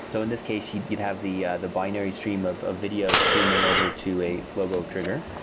so in this case, you'd you'd have the the binary stream of a video streaming over to a flogo trigger.